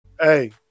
Hey